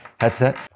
headset